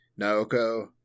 Naoko